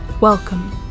Welcome